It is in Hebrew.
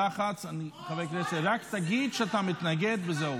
חבר הכנסת, רק תגיד שאתה מתנגד וזהו.